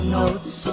notes